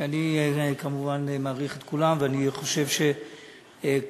אני כמובן מעריך את כולם ואני חושב שכוונתה